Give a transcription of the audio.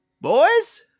Boys